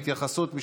התייחסות,